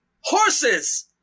horses